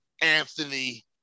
Anthony